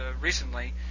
recently